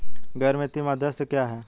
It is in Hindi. गैर वित्तीय मध्यस्थ क्या हैं?